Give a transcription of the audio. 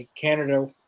canada